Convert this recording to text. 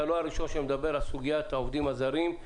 אתה לא הראשון שמדבר על סוגית העובדים הזרים.